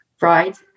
right